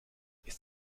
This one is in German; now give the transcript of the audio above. ist